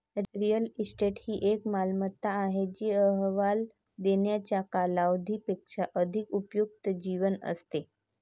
real estate ही एक मालमत्ता आहे जी अहवाल देण्याच्या कालावधी पेक्षा अधिक उपयुक्त जीवन असते